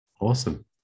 Awesome